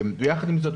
יחד עם זאת,